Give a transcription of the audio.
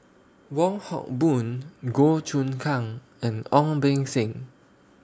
Wong Hock Boon Goh Choon Kang and Ong Beng Seng